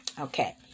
Okay